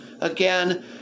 again